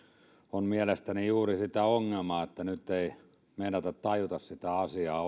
on mielestäni juuri sitä ongelmaa että nyt ei meinata tajuta oikeasti sitä asiaa